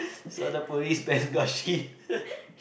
so the police bench got shit